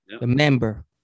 Remember